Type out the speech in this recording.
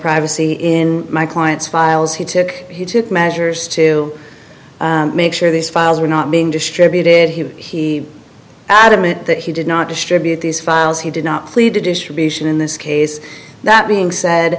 privacy in my client's files he took he took measures to make sure these files were not being distributed he he adamant that he did not distribute these files he did not plead to distribution in this case that being said